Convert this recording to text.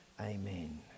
Amen